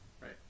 Right